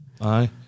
Aye